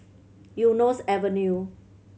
Eunos Avenue